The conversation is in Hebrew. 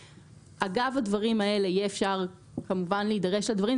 אגב הדברים האלה יהיה אפשר כמובן להידרש לדברים,